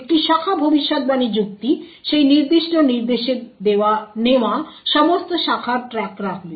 একটি শাখা ভবিষ্যদ্বাণী যুক্তি সেই নির্দিষ্ট নির্দেশে নেওয়া সমস্ত শাখার ট্র্যাক রাখবে